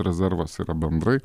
rezervas yra bendrai